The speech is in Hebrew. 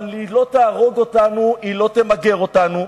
אבל היא לא תהרוג אותנו, היא לא תמגר אותנו.